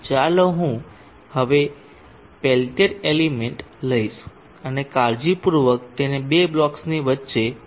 ચાલો હું હવે પેલ્ટીર એલિમેન્ટ લઈશ અને કાળજીપૂર્વક તેને બે બ્લોક્સની વચ્ચે દાખલ કરીશ